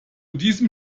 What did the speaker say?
diesem